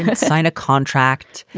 ah sign a contract.